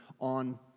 on